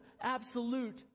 absolute